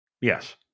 yes